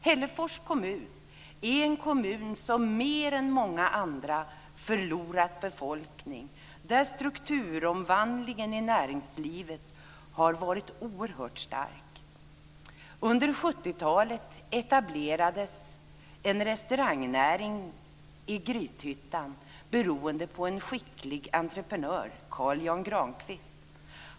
Hällefors kommun är en kommun som mer än många andra förlorat befolkning, där strukturomvandlingen i näringslivet har varit oerhört stark. Under 70-talet etablerades en restaurangnäring i Grythyttan beroende på en skicklig entreprenör, Carl Jan Granqvist.